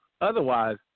Otherwise